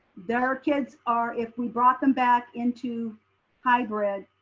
their kids are, if we brought them back into hybrid,